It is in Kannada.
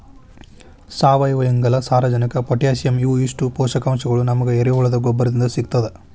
ಸಾವಯುವಇಂಗಾಲ, ಸಾರಜನಕ ಪೊಟ್ಯಾಸಿಯಂ ಇವು ಇಷ್ಟು ಪೋಷಕಾಂಶಗಳು ನಮಗ ಎರೆಹುಳದ ಗೊಬ್ಬರದಿಂದ ಸಿಗ್ತದ